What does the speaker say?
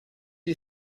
you